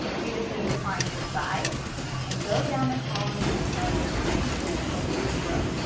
you just need to find your size and go down the column and tell you're in the appropriate row.